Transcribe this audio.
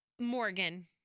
Morgan